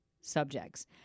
subjects